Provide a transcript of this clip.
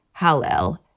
Hallel